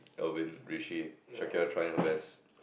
Alvin Richie Shakirah trying her best